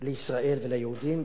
לישראל וליהודים.